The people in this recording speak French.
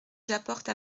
j’apporte